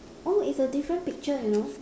oh it's a different picture you know